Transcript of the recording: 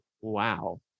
wow